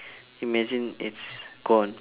imagine it's gone